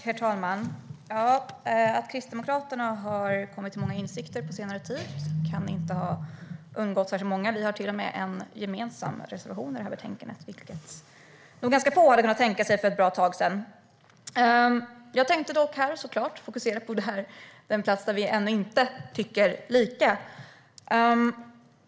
Herr talman! Att Kristdemokraterna har kommit till många insikter på senare tid kan inte ha undgått särskilt många. Vi har till och med en gemensam reservation i betänkandet, vilket nog ganska få hade kunnat tänka sig för ett bra tag sedan. Jag tänker dock här såklart fokusera på den plats där vi ännu inte tycker lika.